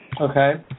Okay